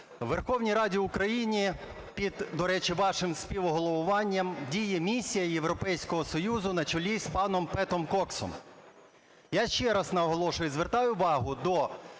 в Верховній Раді України під, до речі, вашим співголовуванням, діє місія Європейського Союзу на чолі з паном Петом Коксом. Я ще раз наголошую, звертаю увагу до